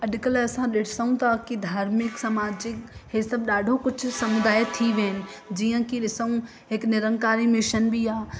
अॼुकल्ह असां ॾिसूं था की धार्मिक सामाजिक इहे सभु ॾाढो कुझु समुदाय थी विया आहिनि जीअं कि ॾिसूं हिकु निरंकारी मिशन बि आहे